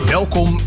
Welkom